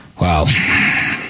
Wow